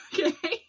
Okay